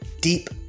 deep